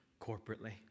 corporately